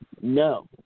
no